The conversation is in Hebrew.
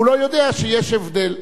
הוא לא יודע שיש הבדל.